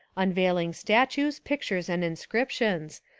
unveiling statues, pictures, and inscriptions,